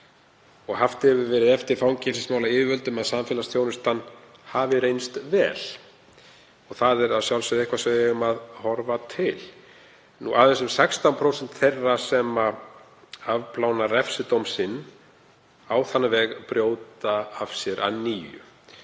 er. Haft hefur verið eftir fangelsismálayfirvöldum að samfélagsþjónustan hafi reynst vel. Það er að sjálfsögðu eitthvað sem við eigum að horfa til. Aðeins um 16% þeirra sem afplána refsidóma á þann veg brjóta af sér að nýju.